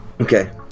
Okay